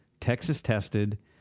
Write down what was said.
Texas-tested